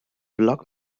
bloc